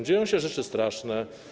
Dzieją się rzeczy straszne.